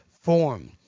form